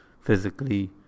physically